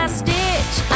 stitch